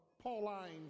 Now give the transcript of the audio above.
Pauline